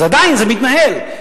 אז עדיין זה מתנהל,